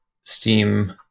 Steam